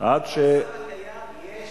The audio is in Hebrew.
עד --- במצב הקיים יש